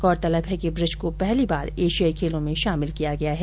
गौरतलब है कि ब्रिज को पहली बार एशियाई खेलों में शामिल किया गया है